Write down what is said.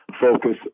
focus